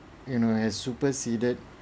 you know has superseded